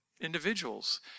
individuals